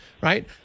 right